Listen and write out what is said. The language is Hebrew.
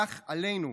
כך עלינו,